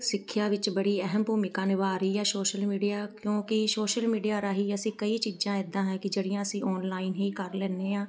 ਸਿੱਖਿਆ ਵਿੱਚ ਬੜੀ ਅਹਿਮ ਭੂਮਿਕਾ ਨਿਭਾ ਰਹੀ ਹੈ ਸੋਸ਼ਲ ਮੀਡੀਆ ਕਿਉਂਕਿ ਸੋਸ਼ਲ ਮੀਡੀਆ ਰਾਹੀਂ ਅਸੀਂ ਕਈ ਚੀਜ਼ਾਂ ਐਦਾਂ ਹੈ ਕਿ ਜਿਹੜੀਆਂ ਅਸੀਂ ਔਨਲਾਈਨ ਹੀ ਕਰ ਲੈਂਦੇ ਹਾਂ